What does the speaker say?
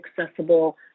accessible